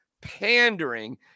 pandering